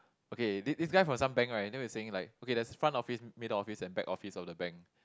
okay this this guy from some bank right then were saying like okay there's front office middle office and back office of the bank